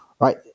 Right